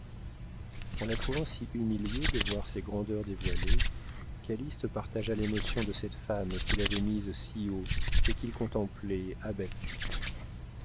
en la trouvant si humiliée de voir ses grandeurs dévoilées calyste partagea l'émotion de cette femme qu'il avait mise si haut et qu'il contemplait abattue